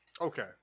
Okay